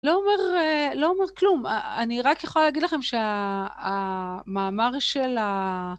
לא אומר כלום, אני רק יכולה להגיד לכם שהמאמר של ה...